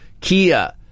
Kia